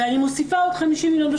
ואני מוסיפה עוד 50 מיליון בשנה השניה.